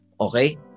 Okay